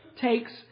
takes